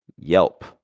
Yelp